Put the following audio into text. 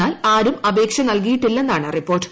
എന്നാൽ ആരും അപേക്ഷ നൽകിയിട്ടില്ലെന്നാണ് റിപ്പോർട്ട്